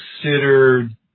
considered